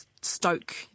stoke